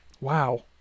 Wow